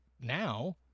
now